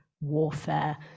warfare